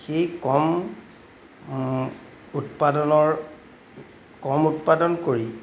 সেই কম উৎপাদনৰ কম উৎপাদন কৰি